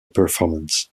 performance